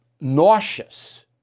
nauseous